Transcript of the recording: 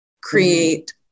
create